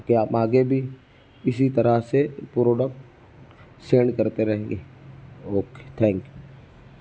کہ آپ آگے بھی اسی طرح سے پروڈکٹ سینڈ کرتے رہیں گے اوکے تھینک یو